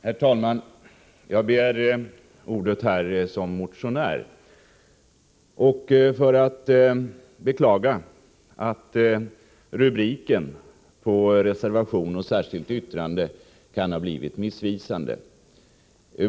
Herr talman! I egenskap av motionär har jag begärt ordet i den här debatten. Jag har även gjort det för att beklaga att rubrikerna på reservation 2 och det särskilda yttrandet kan ha blivit missvisande.